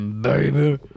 baby